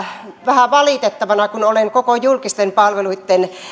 vähän valitettavana kun olen julkisten palveluitten